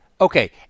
Okay